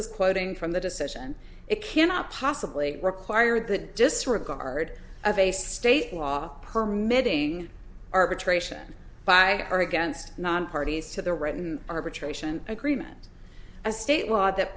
is quoting from the decision it cannot possibly require that just regard of a state law permits arbitration by or against non parties to the written arbitration agreement a state law that